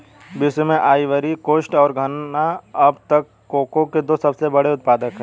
विश्व में Ivory Coast और घना अब तक कोको के दो सबसे बड़े उत्पादक है